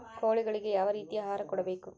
ಕೋಳಿಗಳಿಗೆ ಯಾವ ರೇತಿಯ ಆಹಾರ ಕೊಡಬೇಕು?